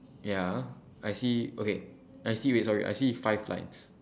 ya I see okay I see wait sorry I see five lines